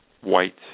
white